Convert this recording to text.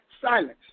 Silence